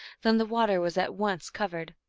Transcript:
then the water was at once covered